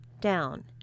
down